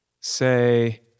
say